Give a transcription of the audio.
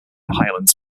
highlands